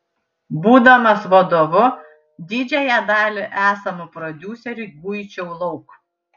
būdamas vadovu didžiąją dalį esamų prodiuserių guičiau lauk